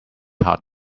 hard